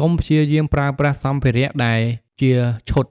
កុំព្យាយាមប្រើប្រាស់សម្ភារៈដែលជាឈុត